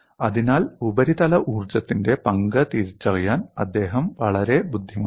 അതിനാൽ ഉപരിതല ഊർജ്ജത്തിന്റെ പങ്ക് തിരിച്ചറിയാൻ അദ്ദേഹം വളരെ ബുദ്ധിമാനായിരുന്നു